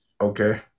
Okay